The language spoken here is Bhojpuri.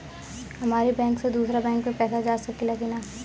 हमारे बैंक से दूसरा बैंक में पैसा जा सकेला की ना?